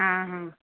हा हा